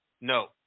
No